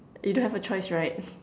you don't have a choice right